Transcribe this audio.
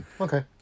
okay